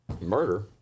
murder